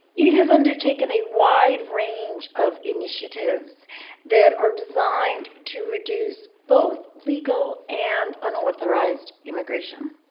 it has undertaken a wide range of initiatives that are designed to reduce both legal and unauthorized immigration.